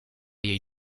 jej